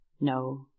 No